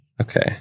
Okay